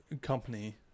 company